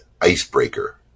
icebreaker